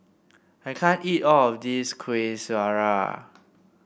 I can't eat all of this Kuih Syara